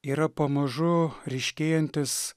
yra pamažu ryškėjantis